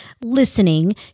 listening